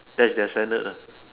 that is their standard lah